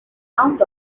sound